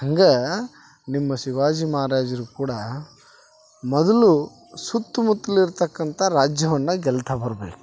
ಹಂಗಾ ನಿಮ್ಮ ಶಿವಾಜಿ ಮಹಾರಾಜರು ಕೂಡ ಮೊದಲು ಸುತ್ತುಮುತ್ತಲು ಇರ್ತಕ್ಕಂಥ ರಾಜ್ಯವನ್ನ ಗೆಲ್ತಾ ಬರಬೇಕು